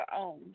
own